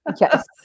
Yes